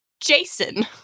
Jason